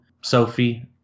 Sophie